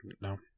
no